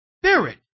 spirit